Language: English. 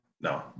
No